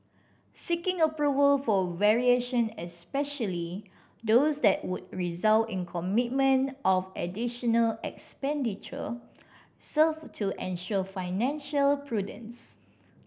seeking approval for variation especially those that would result in commitment of additional expenditure serve to ensure financial prudence